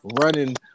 running –